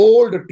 Old